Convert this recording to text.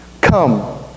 come